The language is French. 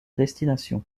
destination